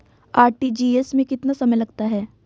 RTGS में कितना समय लगता है?